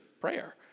prayer